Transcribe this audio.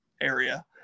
area